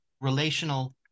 relational